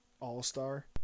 all-star